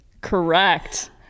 Correct